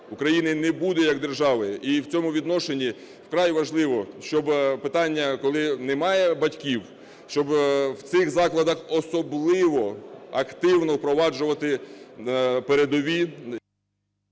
України не буде як держави. І в цьому відношенні вкрай важливо, щоб питання, коли немає батьків, щоб в цих закладах особливо активно впроваджувати передові…